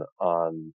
on